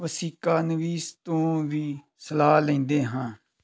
ਅਸੀਂ ਕਾਨਵੀਸ ਤੋਂ ਵੀ ਸਲਾਹ ਲੈਂਦੇ ਹਾਂ